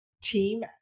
team